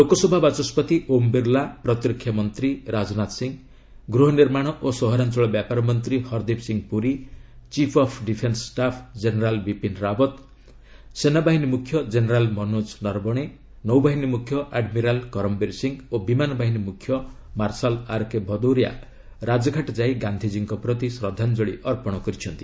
ଲୋକସଭା ବାଚସ୍କତି ଓମ୍ ବିର୍ଲା ପ୍ରତିରକ୍ଷା ମନ୍ତ୍ରୀ ରାଜନାଥ ସିଂହ ଗୃହନିର୍ମାଣ ଓ ସହରାଞ୍ଚଳ ବ୍ୟାପାର ମନ୍ତ୍ରୀ Hardeep Singh Puri chief of defence staff general Bipin Rawat ସେନାବାହିନୀ ମୁଖ୍ୟ ଜେନେରାଲ୍ ମନୋଜ ନର୍ବଣେ ନୌବାହିନୀ ମୁଖ୍ୟ ଆଡ୍ମିରାଲ୍ କରମ୍ବୀର ସିଂହ ଓ ବିମାନ ବାହିନୀ ମୁଖ୍ୟ ମାର୍ଶାଲ୍ ଆର୍କେ ଭଦୌରିଆ ରାଜଘାଟ ଯାଇ ଗାନ୍ଧିଜୀଙ୍କ ପ୍ରତି ଶ୍ରଦ୍ଧାଞ୍ଚଳି ଅର୍ପଣ କରିଛନ୍ତି